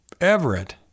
Everett